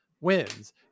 wins